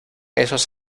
esos